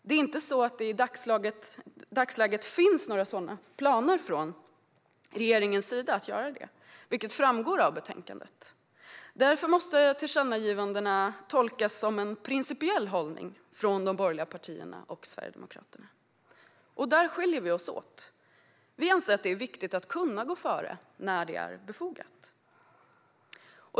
Det är inte så att det i dagsläget finns planer från regeringens sida på att göra det, vilket framgår av betänkandet. Därför måste tillkännagivandena tolkas som en principiell hållning från de borgerliga partierna och Sverigedemokraterna. Där skiljer vi oss åt. Vi anser att det är viktigt att kunna gå före när det är befogat.